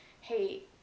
Hey